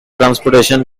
transportation